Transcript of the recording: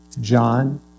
John